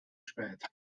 spät